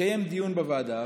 יתקיים דיון בוועדה,